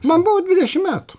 man buvo dvidešim metų